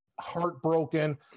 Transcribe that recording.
heartbroken